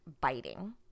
biting